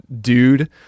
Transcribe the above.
dude